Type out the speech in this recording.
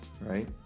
right